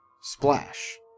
splash